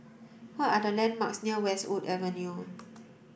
what are the landmarks near Westwood Avenue